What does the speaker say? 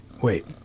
Wait